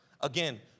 Again